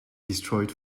destroyed